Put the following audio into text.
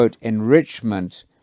enrichment